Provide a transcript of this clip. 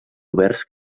oberts